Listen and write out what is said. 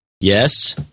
yes